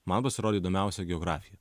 man pasirodė įdomiausia geografija